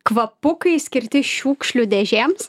kvapukai skirti šiukšlių dėžėms